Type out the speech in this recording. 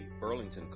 Burlington